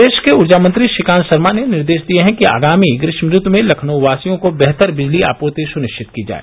प्रदेश के ऊर्जा मंत्री श्रीकांत शर्मा ने निर्देश दिये हैं कि आगामी ग्रीष्म ऋतु में लखनऊवासियों को बेहतर बिजली आपूर्ति सुनिश्चित की जाये